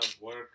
work